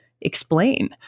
explain